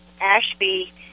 Ashby